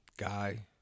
guy